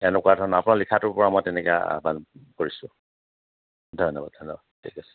এনেকুৱা ধৰণৰ আপোনাৰ লিখাটোৰ পৰা মই তেনেকৈ আহ্বান কৰিছোঁ ধন্যবাদ ধন্যবাদ ঠিক আছে